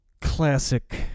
Classic